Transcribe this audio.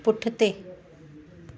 पुठिते